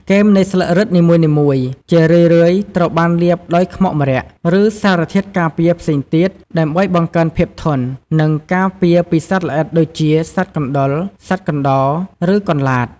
គែមនៃស្លឹករឹតនីមួយៗ ជារឿយៗត្រូវបានលាបដោយខ្មុកម្រ័ក្សណ៍ ឬសារធាតុការពារផ្សេងទៀត ដើម្បីបង្កើនភាពធន់ និងការពារពីសត្វល្អិតដូចជា សត្វកណ្តុរ ឬកន្លាត។